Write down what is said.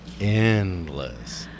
Endless